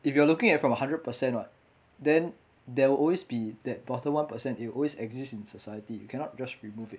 if you are looking at from a hundred percent [what] then there will always be that bottom one percent it will always exist in society you cannot just remove it